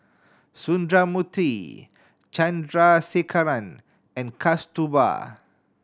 Sundramoorthy Chandrasekaran and Kasturba